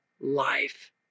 life